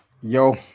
Yo